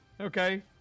Okay